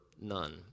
none